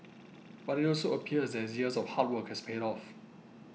but it also appears that his years of hard work has paid off